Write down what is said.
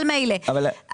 אבל מילא.